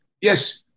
Yes